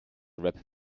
rap